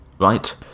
right